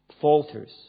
falters